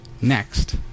Next